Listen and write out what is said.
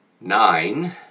Nine